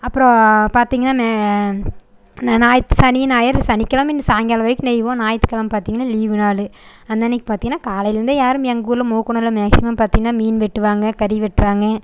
அப்புறம் பார்த்திங்கன்னா ந ஞாயித் சனி ஞாயிறு சனிக்கெழமை இன்னும் சாயங்காலம் வரைக்கும் நெய்வோம் ஞாயித்துக்கெழமை பார்த்திங்கன்னா லீவு நாள் அந்த அன்றைக்கி பார்த்திங்கன்னா காலைலிருந்தே யாரும் எங்கள் ஊரில் மூக்கனூரில் மேக்சிமம் பார்த்திங்கன்னா மீன் வெட்டுவாங்க கறி வெட்டுறாங்க